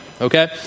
Okay